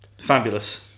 Fabulous